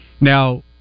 Now